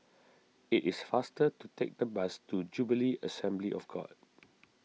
it is faster to take the bus to Jubilee Assembly of God